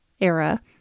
era